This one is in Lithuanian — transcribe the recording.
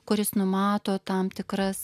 kuris numato tam tikras